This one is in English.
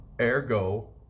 Ergo